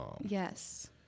Yes